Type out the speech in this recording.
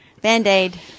Band-Aid